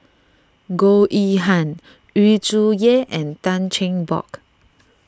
Goh Yihan Yu Zhuye and Tan Cheng Bock